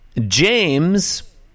James